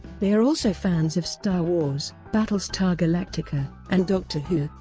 they are also fans of star wars, battlestar galactica, and doctor who.